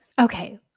Okay